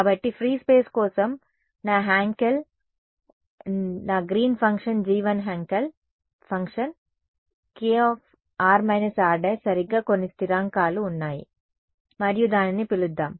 కాబట్టి free space కోసం నా హాంకెల్ నా Green function G1 Hankel function k|r − r′| సరిగ్గా కొన్ని స్థిరాంకాలు ఉన్నాయి మరియు దానిని పిలుద్దాం